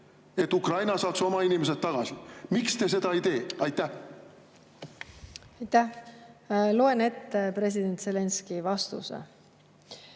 et Ukraina saaks oma inimesed tagasi? Miks te seda ei tee? Aitäh! Loen ette president Zelenskõi vastuse.